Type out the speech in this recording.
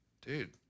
dude